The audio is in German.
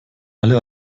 alle